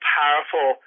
powerful